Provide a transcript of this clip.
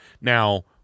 Now